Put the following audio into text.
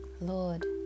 Lord